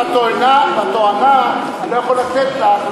בתואנה שאני לא יכול לתת לך,